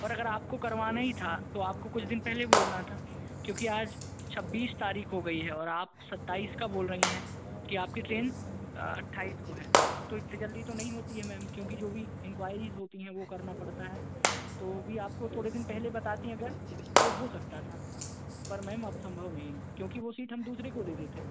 और अगर आपको करवाना ही था तो आपको कुछ दिन पहले बोलना था क्योंकि आज छब्बीस तारीख हो गई है और आप सत्ताईस का बोल रही हैं कि आपकी ट्रेन अट्ठाईस को है तो इतनी जल्दी तो नहीं होती है मैम क्योंकि जो भी इंक्वायरीज़ होती हैं वो करना पड़ता है तो वो भी आपको थोड़े दिन पहले बतातीं अगर तो हो सकता था पर मैम अब संभव नहीं है क्योंकि वो सीट हम दूसरे को दे देते